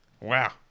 Wow